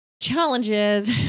challenges